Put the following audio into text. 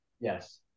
Yes